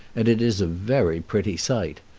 and it is a very pretty sight.